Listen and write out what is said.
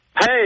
Hey